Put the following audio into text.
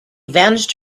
vanished